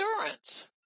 endurance